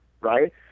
Right